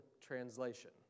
Translation